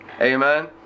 Amen